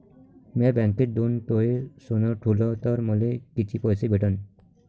म्या बँकेत दोन तोळे सोनं ठुलं तर मले किती पैसे भेटन